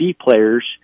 players